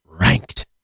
ranked